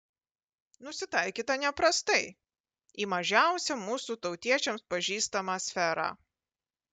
nusitaikyta neprastai į mažiausią mūsų tautiečiams pažįstamą sferą